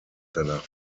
danach